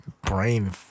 brain